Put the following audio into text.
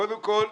קודם כול,